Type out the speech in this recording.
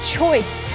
choice